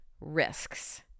risks